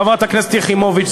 חברת הכנסת יחימוביץ.